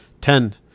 Ten